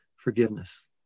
Forgiveness